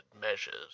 measures